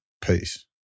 peace